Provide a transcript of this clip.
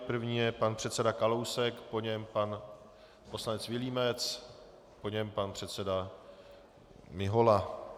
První je pan předseda Kalousek, po něm pan poslanec Vilímec, po něm pan předseda Mihola.